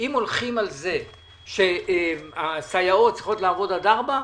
אם הולכים על זה שהסייעות צריכות לעבוד עד 4:00,